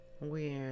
Weird